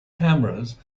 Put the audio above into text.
cameras